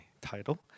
title